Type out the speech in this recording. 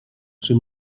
czy